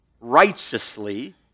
righteously